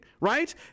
right